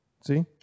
See